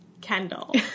kendall